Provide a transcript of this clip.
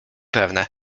pewne